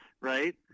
right